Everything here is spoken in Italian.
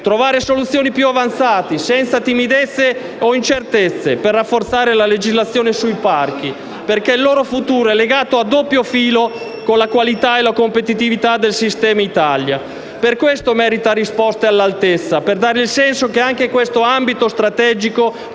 trovare soluzioni più avanzate, senza timidezze o incertezze, per rafforzare la legislazione sui parchi, perché il loro futuro è legato a doppio filo con la qualità e la competitività del sistema Italia. Per questo merita risposte all'altezza, per dare il senso che anche questo ambito strategico